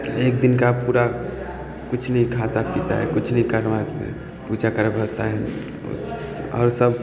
एक दिनका पूरा कुछ नहीं खाता पीता है कुछ नहीं करबाता है पूजा करबाता है और सब